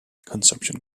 consumption